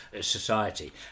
society